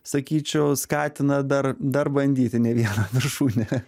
sakyčiau skatina dar dar bandyti ne vieną viršūnę